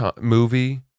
movie